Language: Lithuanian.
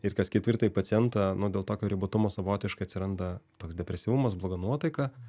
ir kas ketvirtai pacientą nuo dėl tokio ribotumo savotiškai atsiranda toks depresyvumas bloga nuotaika